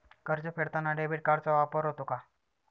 कर्ज फेडताना डेबिट कार्डचा वापर होतो का?